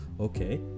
okay